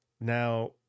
Now